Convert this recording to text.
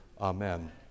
amen